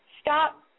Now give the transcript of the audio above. stop